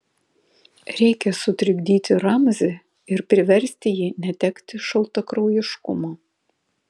reikia sutrikdyti ramzį ir priversti jį netekti šaltakraujiškumo